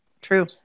true